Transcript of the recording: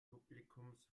publikums